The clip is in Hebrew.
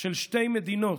של שתי מדינות,